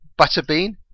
Butterbean